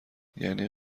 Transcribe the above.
یعنی